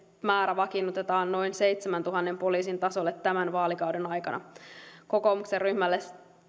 määrä vakiinnutetaan noin seitsemäntuhannen poliisin tasolle tämän vaalikauden aikana kokoomuksen ryhmälle